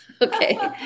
Okay